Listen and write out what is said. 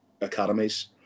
academies